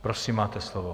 Prosím, máte slovo.